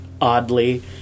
oddly